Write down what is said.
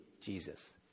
Jesus